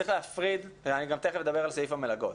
אני גם אדבר על סעיף המלגות.